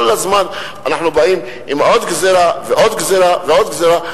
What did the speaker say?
כל הזמן אנחנו באים עם עוד גזירה ועוד גזירה ועוד גזירה.